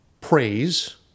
praise